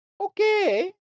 okay